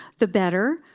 the better.